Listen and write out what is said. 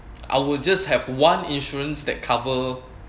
I will just have one insurance that cover